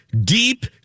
deep